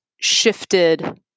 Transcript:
shifted